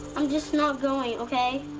i'm just not going, okay?